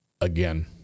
again